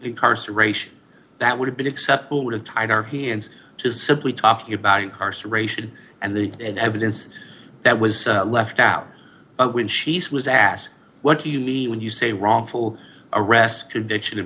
incarceration that would have been acceptable would have tied our hands to simply talking about incarceration and the evidence that was left out but when she's was asked what do you mean when you say wrongful arrest conviction